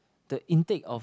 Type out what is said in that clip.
the intake of